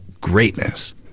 greatness